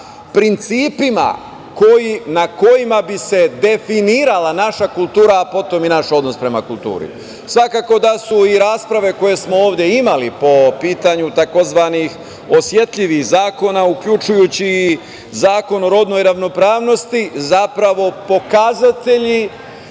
principima na kojima bi se definirala naša kultura, a potom i naš odnos prema kulturi. Svakako da su i rasprave koje smo ovde imali po pitanju tzv. osetljivih zakona, uključujući i Zakon o rodnoj ravnopravnosti, zapravo, pokazatelji